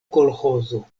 kolĥozo